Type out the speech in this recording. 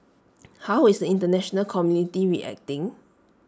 how is International community reacting